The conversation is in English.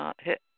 hit